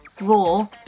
raw